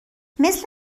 مثل